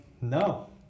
no